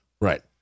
Right